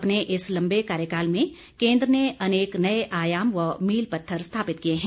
अपने इस लंबे कार्यकाल में केंद्र ने अनेक नए आयाम व मील पत्थर स्थापित किए हैं